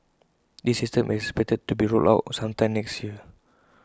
this system is expected to be rolled out sometime next year